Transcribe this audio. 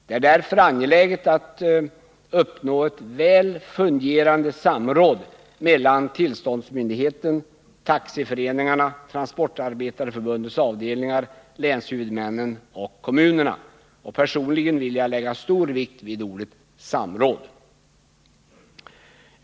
Det är därför angeläget att uppnå ett väl fungerande samråd mellan tillståndsmyndigheten, taxiföreningarna, Transportarbetareförbundets avdelningar, länshuvudmännen och kommunerna. Personligen vill jag lägga stor vikt vid ordet samråd.